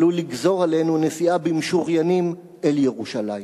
עלול לגזור עלינו נסיעה במשוריינים אל ירושלים.